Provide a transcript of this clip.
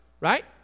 right